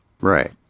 Right